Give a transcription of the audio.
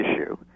issue